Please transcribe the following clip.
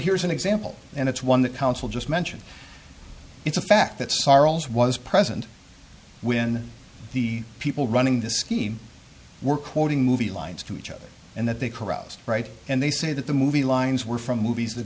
here's an example and it's one that counsel just mentioned it's a fact that sorrow is was present when the people running this scheme were quoting movie lines to each other and that they caroused right and they say that the movie lines were from movies th